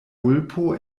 vulpo